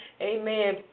amen